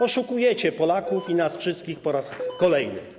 Oszukujecie Polaków i nas wszystkich po raz kolejny.